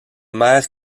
mère